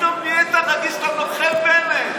פתאום נהיית רגיש לנוכל בנט.